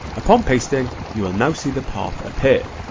upon pasting, you will now see the path appear.